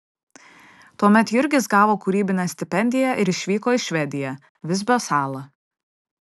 tuomet jurgis gavo kūrybinę stipendiją ir išvyko į švediją visbio salą